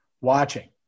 watching